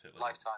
Lifetime